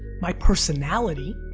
my personality,